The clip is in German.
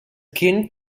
kind